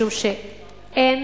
משום שאין